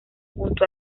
junto